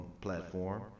platform